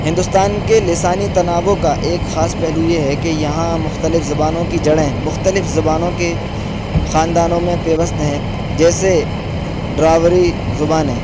ہندوستان کے لسانی تنوع کا ایک خاص پہلو یہ ہے کہ یہاں مختلف زبانوں کی جڑیں مختلف زبانوں کی خاندانوں میں پیوست ہیں جیسے دراوڑی زبانیں